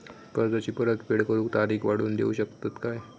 कर्जाची परत फेड करूक तारीख वाढवून देऊ शकतत काय?